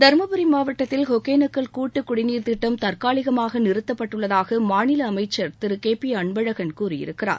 தர்மபுரி மாவட்டத்தில் ஒகேனக்கல் கூட்டுக்குடிநீர் திட்டம் தற்காலிகமாக நிறுத்தப்பட்டுள்ளதாக மாநில அமைச்சர் திரு கே பி அன்பழகன் கூறியிருக்கிறார்